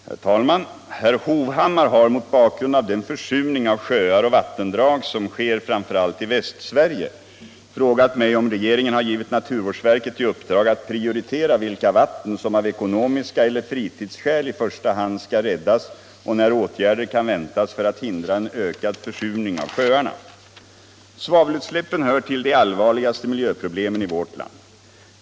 Herr talman! Herr Hovhammar har, mot bakgrund av den försurning av sjöar och vattendrag som sker framför allt i Västsverige, frågat mig om regeringen har givit naturvårdsverket i uppdrag att prioritera vilka vatten som av ekonomiska orsaker eller av fritidsskäl i första hand skall räddas och när åtgärder kan väntas för att hindra en ökad försurning av sjöarna. Svavelutsläppen hör till de allvarligaste miljöproblemen i vårt land.